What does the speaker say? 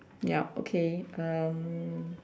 yup okay um